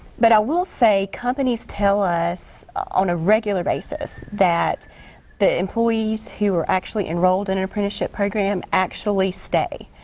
but i will say companies tell us on a regular basis that the employees who are actually enrolled in an apprenticeship program actually stay.